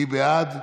מי בעד?